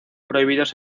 prohibidos